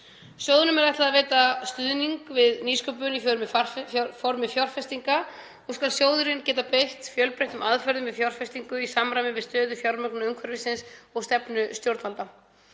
Sjóðnum er ætlað að veita stuðning við nýsköpun í formi fjárfestinga og skal sjóðurinn geta beitt fjölbreyttum aðferðum við fjárfestingu í samræmi við stöðu fjármögnunarumhverfisins og stefnu stjórnvalda.